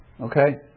Okay